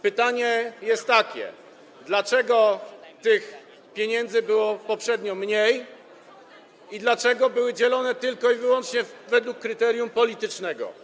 Pytanie jest takie: Dlaczego tych pieniędzy było mniej i dlaczego były dzielone tylko i wyłącznie według kryterium politycznego?